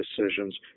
decisions